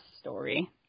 story